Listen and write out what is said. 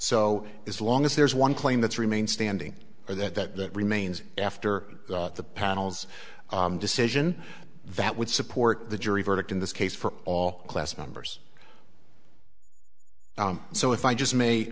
so as long as there's one claim that's remained standing for that that that remains after the panel's decision that would support the jury verdict in this case for all class members so if i just may